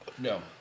No